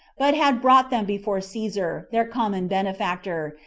but had brought them before caesar, their common benefactor,